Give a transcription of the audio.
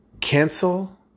Cancel